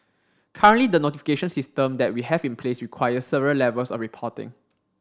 currently the notification system that we have in place requires several levels of reporting